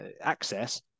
access